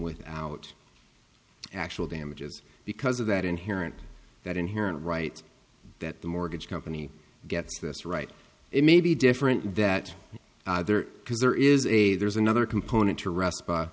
without actual damages because of that inherent that inherent right that the mortgage company gets this right it may be different that because there is a there's another component to rest